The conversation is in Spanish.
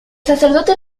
sacerdote